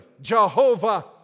Jehovah